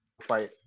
fight